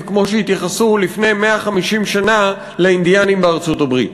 כמו שהתייחסו לפני 150 שנה לאינדיאנים בארצות-הברית.